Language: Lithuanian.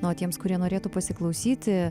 na o tiems kurie norėtų pasiklausyti